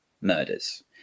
murders